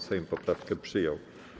Sejm poprawkę przyjął.